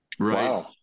right